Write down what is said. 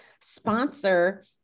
sponsor